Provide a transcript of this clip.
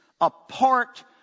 apart